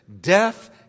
Death